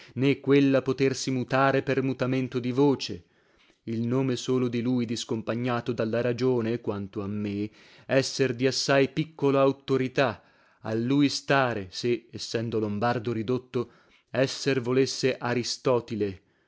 né quella potersi mutare per mutamento di voce il nome solo di lui discompagnato dalla ragione quanto a me essere di assai piccola auttorità a lui stare se essendo lombardo ridotto esser volesse aristotile